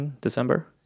December